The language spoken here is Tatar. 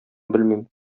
белмим